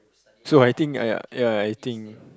so I think ya ya ya I think